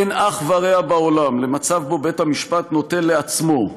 אין אח ורע בעולם למצב שבו בית-המשפט נוטל לעצמו,